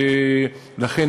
לכן,